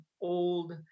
old